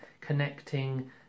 connecting